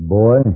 boy